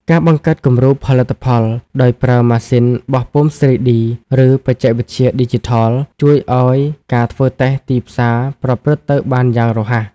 ការបង្កើតគំរូផលិតផល ដោយប្រើម៉ាស៊ីនបោះពុម្ព 3D ឬបច្ចេកវិទ្យាឌីជីថល ជួយឱ្យការធ្វើតេស្តទីផ្សារប្រព្រឹត្តទៅបានយ៉ាងរហ័ស។